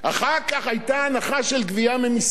אחר כך היתה הנחה של גבייה ממסים.